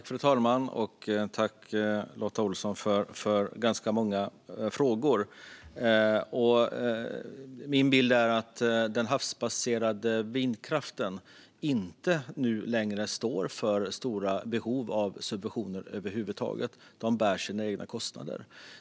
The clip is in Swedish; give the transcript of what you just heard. Fru talman! Jag tackar Lotta Olsson för ganska många frågor. Min bild är att den havsbaserade vindkraften inte längre har stora behov av subventioner, utan den bär sina egna kostnader.